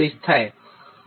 8 છે